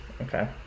Okay